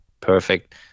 perfect